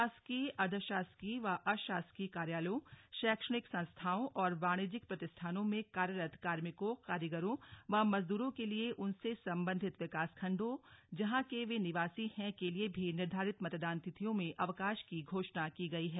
शासकीय अर्द्वशासकीय व अशासकीय कार्यालयों शैक्षणिक संस्थाओं एवं वाणिज्यिक प्रतिष्ठानों में कार्यरत कार्मिकों कारीगरों व मजदूरों के लिए उनसे सम्बन्धित विकासखण्डों जहां के वे निवासी हैं के लिए भी निर्धारित मतदान तिथियों में अवकाश की घोषणा की गयी है